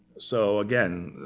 so again,